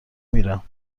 میرم